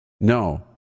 No